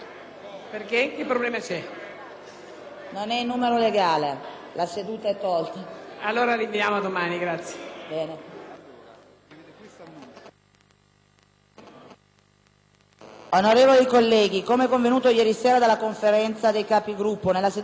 Onorevoli colleghi, come convenuto ieri sera dalla Conferenza dei Capigruppo, nella seduta antimeridiana di domani saranno posti all'ordine del giorno il seguito della discussione del decreto-legge in materia ambientale e i documenti definiti dalla Giunta delle elezioni e delle immunità parlamentari.